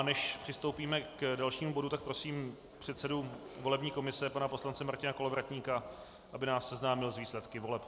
Než přistoupíme k dalšímu bodu, tak prosím předsedu volební komise pana poslance Martina Kolovratníka, aby nás seznámil s výsledky voleb.